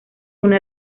une